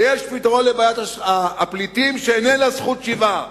ויש פתרון לבעיית הפליטים, שאיננו זכות שיבה.